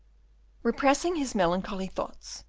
repressing his melancholy thoughts,